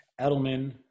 Edelman